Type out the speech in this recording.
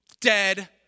dead